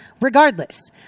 regardless